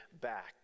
back